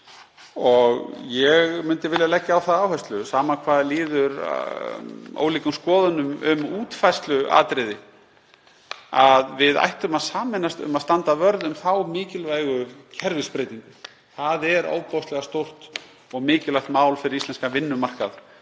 Ég myndi vilja leggja á það áherslu, sama hvað líður ólíkum skoðunum um útfærsluatriði, að við ættum að sameinast um að standa vörð um þá mikilvægu kerfisbreytingu. Það er ofboðslega stórt og mikilvægt mál fyrir íslenskan vinnumarkað